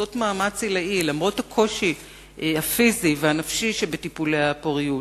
עושות מאמץ עילאי למרות הקושי הפיזי והנפשי שבטיפולי הפוריות,